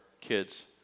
kids